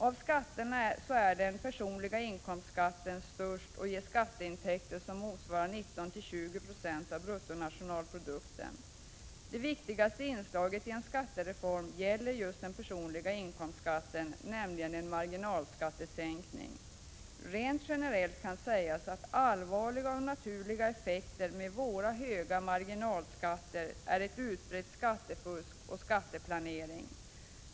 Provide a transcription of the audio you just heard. Av skatterna är den personliga inkomstskatten störst och ger skatteintäkter motsvarande 19-20 96 av bruttonationalprodukten. Det viktigaste inslaget i en skattereform gäller just den personliga inkomstskatten, nämligen en marginalskattesänkning. Rent generellt kan sägas att allvarliga och naturliga effekter med våra höga marginalskatter är utbrett skattefusk och skatteplanering.